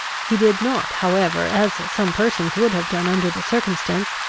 he did not however, as some persons would have done under the circumstance,